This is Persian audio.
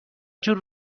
جور